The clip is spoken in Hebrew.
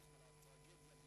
לפיכך,